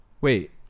wait